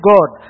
God